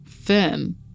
Firm